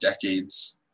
decades